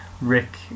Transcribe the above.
Rick